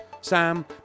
Sam